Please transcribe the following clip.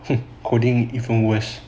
coding even worse